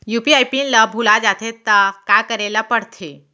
UPI PIN ल भुला जाथे त का करे ल पढ़थे?